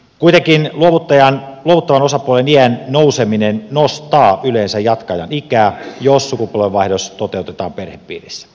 kuitenkin luovuttavan osapuolen iän nouseminen nostaa yleensä jatkajan ikää jos sukupolvenvaihdos toteutetaan perhepiirissä